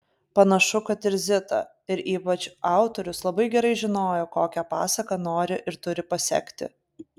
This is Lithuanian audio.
panašu kad ir zita ir ypač autorius labai gerai žinojo kokią pasaką nori ir turi pasekti